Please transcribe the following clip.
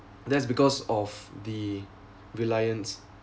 that's because of the reliance